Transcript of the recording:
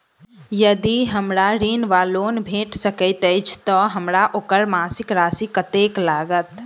यदि हमरा ऋण वा लोन भेट सकैत अछि तऽ हमरा ओकर मासिक राशि कत्तेक लागत?